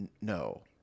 No